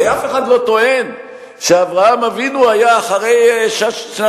הרי אף אחד לא טוען שאברהם אבינו היה אחרי שנת